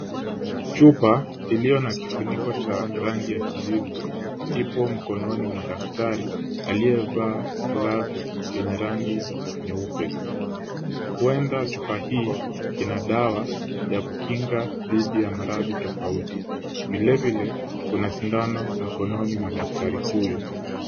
Chupa iliyo na kifuniko cha rangi ya kijivu, ipo mikononi mwa daktari aliyevaa glavu yenye rangi nyeupe , huenda chupa hii ina dawa ya kukinga dhidi ya maradhi tofauti, vilevile, kuna sindano mkononi mwa daktari huyu.